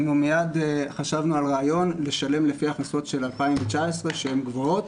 מיד חשבנו על רעיון לשלם לפי הכנסות של 2019 שהן גבוהות,